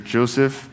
Joseph